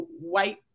white